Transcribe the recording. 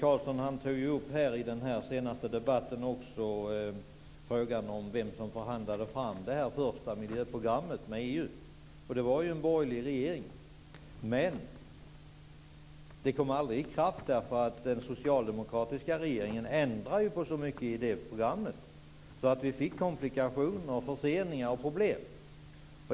Fru talman! Inge Carlsson tog upp frågan om vem som förhandlade fram det första miljöprogrammet med EU i debatten. Det var en borgerlig regering. Men programmet trädde aldrig i kraft, därför att den socialdemokratiska regeringen ändrade så mycket i programmet. Vi fick komplikationer, förseningar och problem.